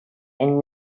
and